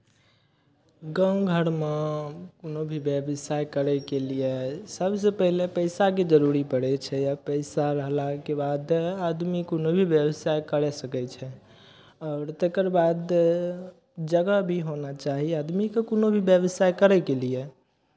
गाँव घरमे कोनो भी व्यवसाय करयके लिए सभसँ पहिले पैसाके जरूरी पड़ै छै आ पैसा भेलाके बाद आदमी कोनो भी व्यवसाय करि सकै छै आओर तकर बाद जगह भी होना चाही आदमीके कोनो भी व्यवसाय करयके लिए